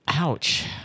Ouch